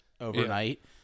overnight